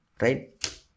right